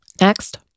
Next